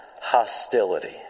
hostility